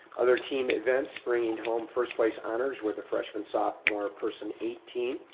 other team events bringing home first place honors, were the freshman sophomore person eight team,